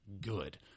good